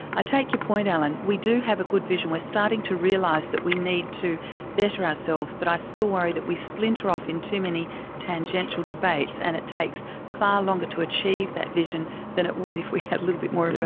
i take your point, alan, we do have a good vision, we're starting to realise that we need to better ourselves, but i still worry that we splinter off in too many tangential debates and it takes far longer to achieve that vision than it would if we had a little bit more of a,